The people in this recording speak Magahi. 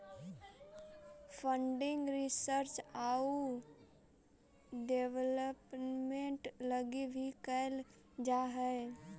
फंडिंग रिसर्च आउ डेवलपमेंट लगी भी कैल जा हई